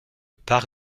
parc